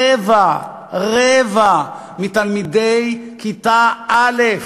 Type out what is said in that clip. רבע, רבע מתלמידי כיתה א'